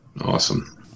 Awesome